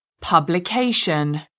Publication